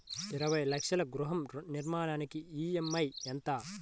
ఇరవై లక్షల గృహ రుణానికి ఈ.ఎం.ఐ ఎంత?